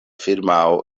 firmao